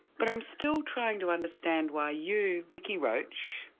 but i'm still trying to understand why you, vicki roach,